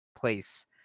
place